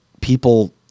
people